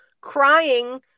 crying